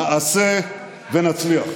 נעשה ונצליח.